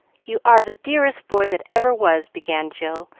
you are the dearest boy that ever was! began jill,